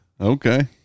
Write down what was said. okay